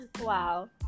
Wow